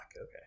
Okay